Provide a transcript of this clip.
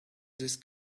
this